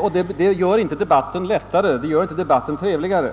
och detta gör inte debatten trevligare.